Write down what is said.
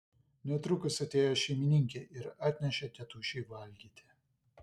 netrukus atėjo šeimininkė ir atnešė tėtušiui valgyti